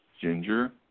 Ginger